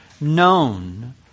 known